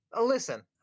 Listen